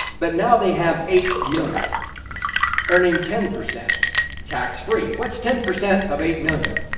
but now, they have eight million earning ten percent tax-free. what's ten percent of eight million?